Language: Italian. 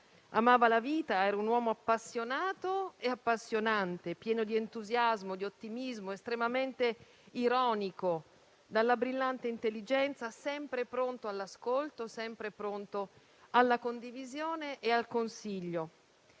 Amava la vita, era un uomo appassionato e appassionante, pieno di entusiasmo, di ottimismo, estremamente ironico, dalla brillante intelligenza, sempre pronto all'ascolto, sempre pronto alla condivisione e al consiglio.